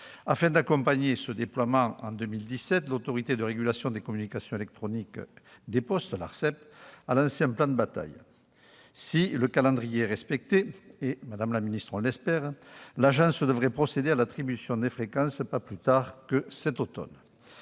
Afin d'accompagner ce déploiement, en 2017, l'Autorité de régulation des communications électroniques et des postes, l'Arcep, a lancé un plan de bataille. Si le calendrier est respecté- nous l'espérons, madame la secrétaire d'État -, l'agence devrait procéder à l'attribution des fréquences pas plus tard que cet automne.